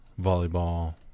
volleyball